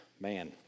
Man